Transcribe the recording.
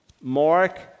Mark